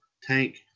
tank